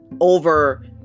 over